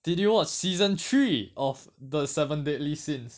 did you watch season three of the seven deadly sins